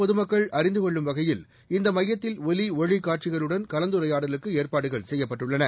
பொதுமக்கள் அறிந்து கொள்ளும் வகையில் இந்த மையத்தில் ஒலி ஒளி காட்சிகளுடன் கலந்துரையாடலுக்கு ஏற்பாடுகள் செய்யப்பட்டுள்ளன